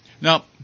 Now